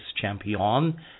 Champion